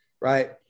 right